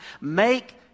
Make